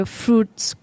fruits